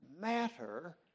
matter